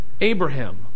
Abraham